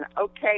okay